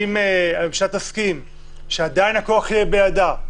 אם הממשלה תסכים שעדיין הכוח יהיה בידה,